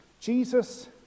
jesus